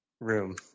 room